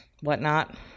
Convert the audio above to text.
whatnot